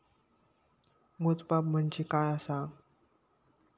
मोजमाप म्हणजे काय असा?